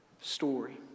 story